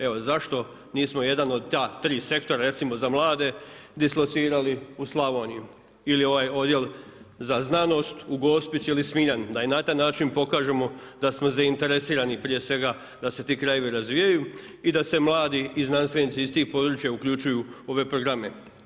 Evo, zašto nismo jedan od ta tri sektora recimo za mlade dislocirali u Slavoniju ili ovaj Odjel za znanost u Gospić ili Smiljan da i na taj način pokažemo da smo zainteresirani prije svega da se ti krajevi razvijaju i da se mladi i znanstvenici iz tih područja uključuju ove programe.